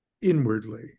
inwardly